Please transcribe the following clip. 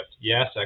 Yes